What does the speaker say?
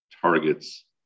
targets